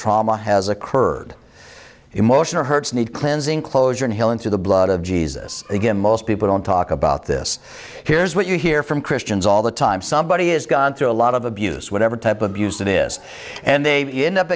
trauma has occurred the emotional hurts need cleansing closure and healing through the blood of jesus again most people don't talk about this here's what you hear from christians all the time somebody has gone through a lot of abuse whatever type of abuse it is and they end up